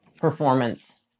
performance